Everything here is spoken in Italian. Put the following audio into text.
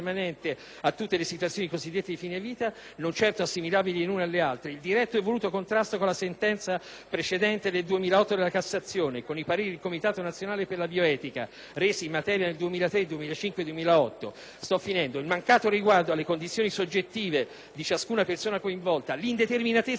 le situazioni cosiddette "di fine vita", non certo assimilabili le une alle altre, il diretto e voluto contrasto con la sentenza n. 21748 del 2008 della Cassazione e con i pareri del Comitato Nazionale per la Bioetica (resi, in materia, nel 2003, nel 2005 e nel 2008) il mancato riguardo alle condizioni soggettive di ciascuna persona coinvolta, l'indeterminatezza dei termini e